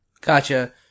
gotcha